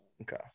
okay